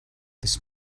this